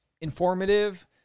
informative